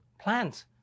plants